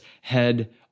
head